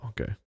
okay